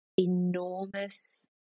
enormous